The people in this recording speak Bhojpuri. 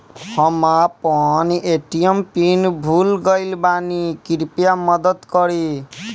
हम अपन ए.टी.एम पिन भूल गएल बानी, कृपया मदद करीं